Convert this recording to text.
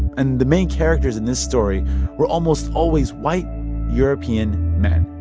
and the main characters in this story were almost always white european men